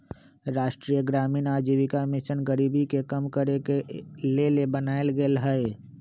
राष्ट्रीय ग्रामीण आजीविका मिशन गरीबी के कम करेके के लेल बनाएल गेल हइ